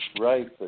right